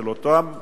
של אותם אנשים,